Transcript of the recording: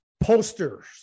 posters